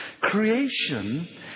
Creation